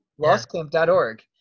Lostcamp.org